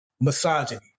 Misogyny